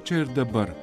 čia ir dabar